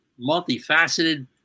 multifaceted